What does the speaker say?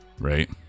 right